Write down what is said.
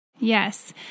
Yes